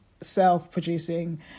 self-producing